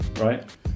right